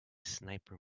sniper